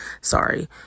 Sorry